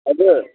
हजुर